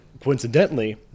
coincidentally